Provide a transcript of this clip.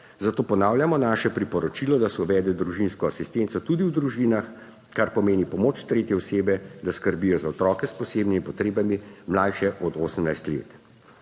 zato ponavljamo naše priporočilo, da se uvede družinsko asistenco tudi v družinah, kar pomeni pomoč tretje osebe, da skrbijo za otroke s posebnimi potrebami, mlajše od 18 let.